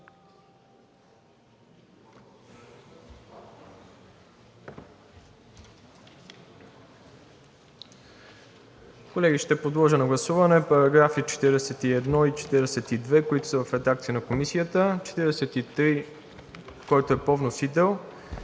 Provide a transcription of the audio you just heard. Колеги, ще подложа на гласуване § 41 и § 42, които са в редакция на Комисията, § 43, който е по вносител,